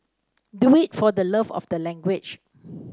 do it for the love of the language